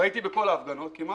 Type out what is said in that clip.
והייתי בכל ההפגנות כמעט.